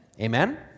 Amen